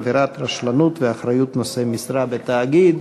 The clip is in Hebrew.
עבירת רשלנות ואחריות נושא משרה בתאגיד).